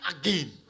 again